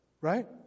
right